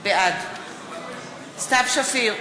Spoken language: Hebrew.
בעד סתיו שפיר,